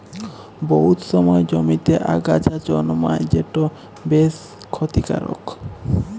বহুত সময় জমিতে আগাছা জল্মায় যেট বেশ খ্যতিকারক